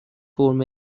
فرم